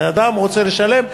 בן-אדם רוצה לשלם.